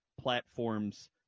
platforms